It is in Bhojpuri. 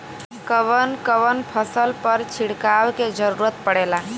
कवन कवन फसल पर छिड़काव के जरूरत पड़ेला?